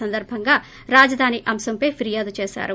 ఈ సందర్భంగా రాజధాని అంశంపై ఫీర్యాదు చేశారు